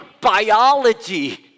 biology